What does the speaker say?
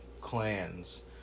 clans